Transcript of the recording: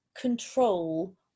control